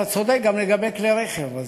אתה צודק גם לגבי כלי רכב.